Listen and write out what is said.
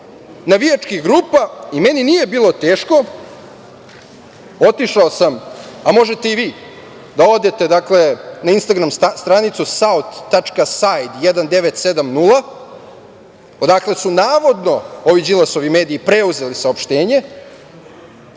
navijačkih grupa i meni nije bilo teško otišao sam, a možete i vi da odete na Instagram stranicu „saot.sajd1970“ odakle su navodno ovi Đilasovi mediji preuzeli saopštenje,